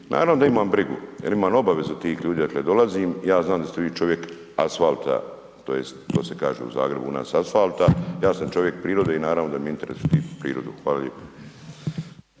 naravno da imam brigu jel imam obavezu tih ljudi, dakle dolazim, ja znam da ste vi čovjek asfalta tj. to se kaže u Zagrebu, u nas asfalta, ja sam čovjek prirode i naravno da mi je u interesu štitit prirodu. Hvala lijepo.